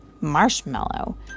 Marshmallow